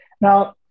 Now